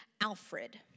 Alfred